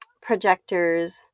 projectors